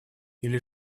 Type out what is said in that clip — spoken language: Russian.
или